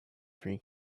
free